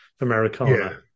Americana